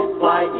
fly